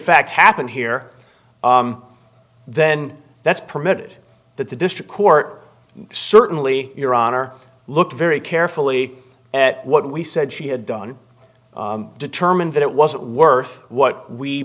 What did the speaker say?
fact happen here then that's permitted that the district court certainly your honor look very carefully at what we said she had done determine that it wasn't worth what we